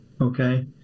okay